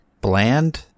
Bland